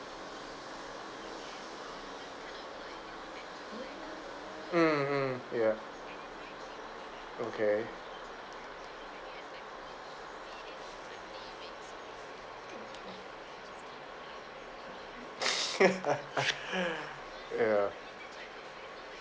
mm mm ya okay ya